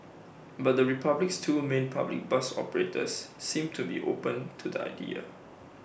but the republic's two A main public bus operators seem to be open to the idea